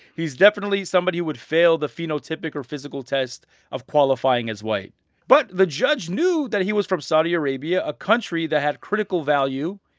he's definitely somebody who would fail the phenotypic or physical test of qualifying as white but the judge knew that he was from saudi arabia, a country that had critical value,